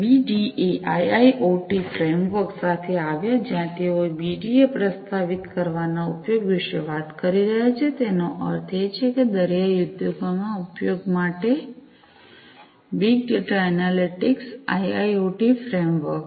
BDA IIoT framework સાથે આવ્યા જ્યાં તેઓ બીડીએ પ્રસ્તાવિત કરવાના ઉપયોગ વિશે વાત કરી રહ્યા છે તેનો અર્થ છે દરિયાઈ ઉદ્યોગોમાં ઉપયોગ માટે big data analytics IIoT framework